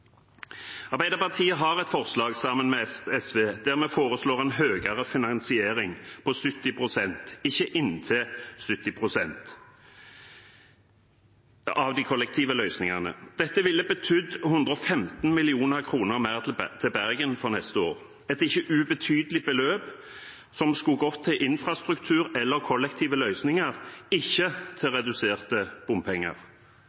Arbeiderpartiet har et forslag sammen med SV der vi foreslår en finansiering på 70 pst., ikke inntil 70 pst., av de kollektive løsningene. Dette ville betydd 115 mill. kr mer til Bergen for neste år – et ikke ubetydelig beløp, som skulle gått til infrastruktur eller kollektive løsninger, ikke til